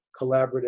collaborative